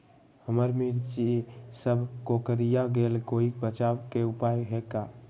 हमर मिर्ची सब कोकररिया गेल कोई बचाव के उपाय है का?